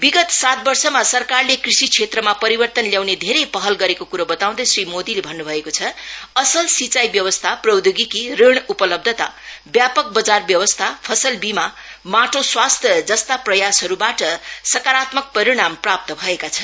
विगत सात वर्षमा सरकारले कृषि क्षेत्रमा परिवर्तन ल्याउने धेरै पहल गरेको कुरो बताउँदै श्री मोदीले भन्नुभएको छ असल सिँचाइ व्यवस्था प्रौद्योगिकी ऋण उपलब्धता व्यापक बजार व्यवस्था फसलबीमा माटो स्वास्थ्य जस्ता प्रयासबाट सकारात्मक परिणाम प्राप्त भएका छन्